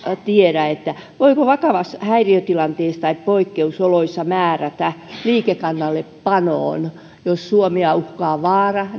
tiedä voiko vakavassa häiriötilanteessa tai poikkeusoloissa määrätä liikekannallepanoon jos suomea uhkaa vaara